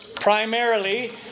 Primarily